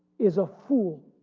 is a fool,